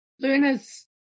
Luna's